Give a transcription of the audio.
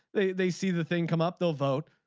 they they see the thing come up they'll vote.